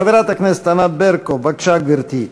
חברת הכנסת ענת ברקו, בבקשה, גברתי.